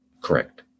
Correct